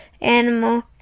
animal